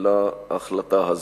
להחלטה הזאת.